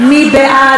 מי בעד?